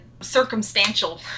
circumstantial